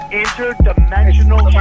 interdimensional